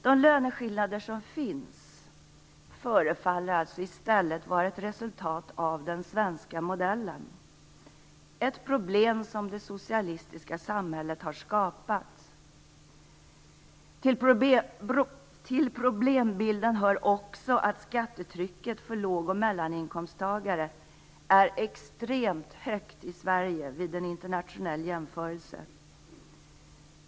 De löneskillnader som finns förefaller i stället vara ett resultat av den svenska modellen - ett problem som det socialistiska samhället har skapat. Till problembilden hör också att skattetrycket för låg och mellaninkomsttagare är extremt högt i Sverige vid en internationell jämförelse.